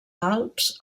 alps